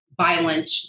violent